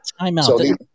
Timeout